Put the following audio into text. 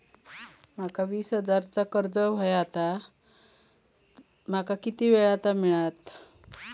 माका वीस हजार चा कर्ज हव्या ता माका किती वेळा क मिळात?